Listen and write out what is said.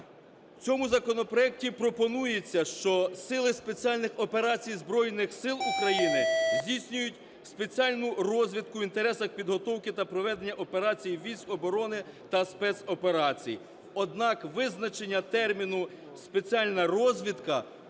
В цьому законопроекті пропонується, що Сили спеціальних операцій Збройних Сил України здійснюють спеціальну розвідку в інтересах підготовки та проведення операцій військ оборони та спецоперацій. Однак визначення терміну "спеціальна розвідка"